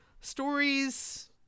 Stories